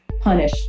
punish